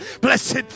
Blessed